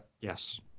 yes